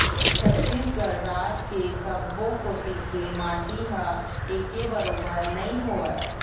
छत्तीसगढ़ राज के सब्बो कोती के माटी ह एके बरोबर नइ होवय